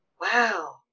wow